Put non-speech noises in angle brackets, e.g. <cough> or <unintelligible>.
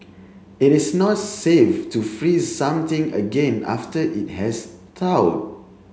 it is not safe to freeze something again after it has <unintelligible>